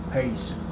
Peace